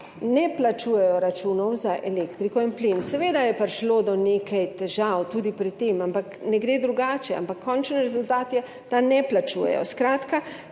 ne plačujejo računov za elektriko in plin. Seveda je prišlo do nekaj težav tudi pri tem, ampak, ne gre drugače, ampak končen rezultat je, da ne plačujejo.